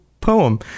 poem